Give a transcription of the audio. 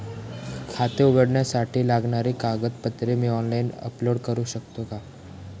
खाते उघडण्यासाठी लागणारी कागदपत्रे मी ऑनलाइन अपलोड करू शकतो का?